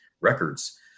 records